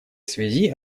связи